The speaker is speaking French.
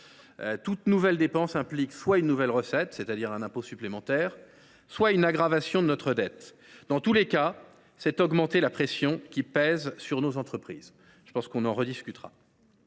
Toute nouvelle dépense implique soit une nouvelle recette – c’est à dire un impôt supplémentaire –, soit une aggravation de notre dette. Dans tous les cas, cela augmente la pression qui pèse sur nos entreprises. Nous en rediscuterons.